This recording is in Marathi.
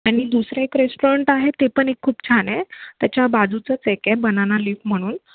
आणि दुसरं एक रेस्टॉरंट आहे ते पण एक खूप छान आहे त्याच्या बाजूचंच एक बनाना लीफ म्हणून